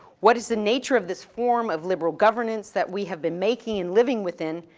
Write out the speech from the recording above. what is the nature of this form of liberal governance that we have been making and living within,